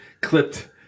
clipped